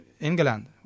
England